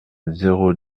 zéro